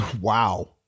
Wow